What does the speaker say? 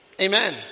Amen